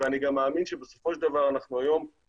אני גם מאמין שבסופו של דבר אנחנו היום